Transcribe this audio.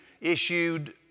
issued